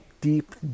deep